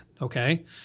Okay